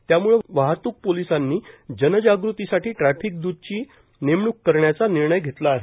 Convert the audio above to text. त्यामुळे वाहतूक पोलिसांनी जनजागृतीसाठी ट्रॅफिकद्रतची नेमणूक करण्याचा निर्णय घेतला आहे